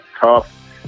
tough